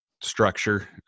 structure